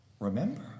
Remember